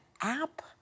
app